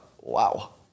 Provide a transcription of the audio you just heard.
wow